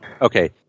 Okay